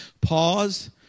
Pause